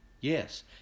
Yes